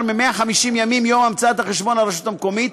מ-150 ימים מיום המצאת החשבון לרשות המקומית,